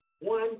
one